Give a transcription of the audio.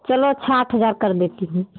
चलो छः आठ हज़ार कर देती हूँ